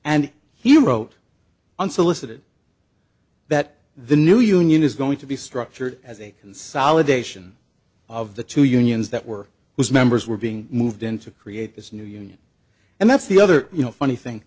and he wrote unsolicited that the new union is going to be structured as a consolidation of the two unions that were whose members were being moved in to create this new union and that's the other you know funny thing